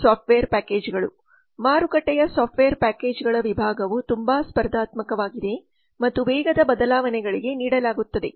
software ಪ್ಯಾಕೇಜ್ಗಳು ಮಾರುಕಟ್ಟೆಯ software ಪ್ಯಾಕೇಜ್ಗಳ ವಿಭಾಗವು ತುಂಬಾ ಸ್ಪರ್ಧಾತ್ಮಕವಾಗಿದೆ ಮತ್ತು ವೇಗದ ಬದಲಾವಣೆಗಳಿಗೆ ನೀಡಲಾಗುತ್ತದೆ